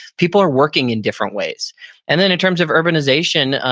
people are working in different ways and then in terms of urbanization,